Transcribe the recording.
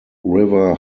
river